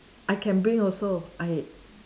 I can bring also I